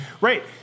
right